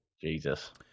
Jesus